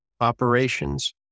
operations